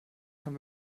haben